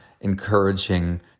encouraging